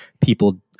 people